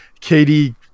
Katie